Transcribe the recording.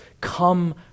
come